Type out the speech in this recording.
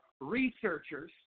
researchers